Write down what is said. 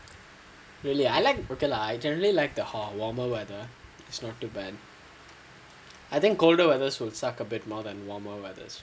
really I like okay lah I generally like the hot warmer weather it's not too bad I think colder weathers will suck a bit more than warmer weathers